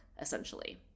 essentially